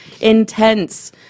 intense